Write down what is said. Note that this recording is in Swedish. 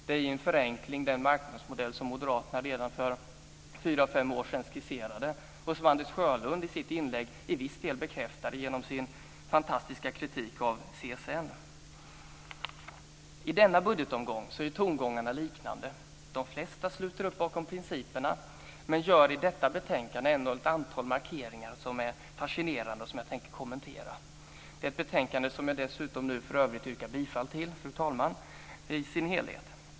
Det är i förenkling den marknadsmodell som moderaterna redan för fyra fem år sedan skisserade och som Anders Sjölund i sitt inlägg till viss del bekräftade genom sin fantastiska kritik av I denna budgetomgång är tongångarna liknande. De flesta sluter upp bakom principerna men gör i detta betänkande ändå ett antal markeringar som är fascinerande och som jag tänker kommentera. Det är ett betänkande som jag dessutom nu för övrigt yrkar bifall till, fru talman, i dess helhet.